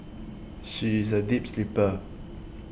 she is a deep sleeper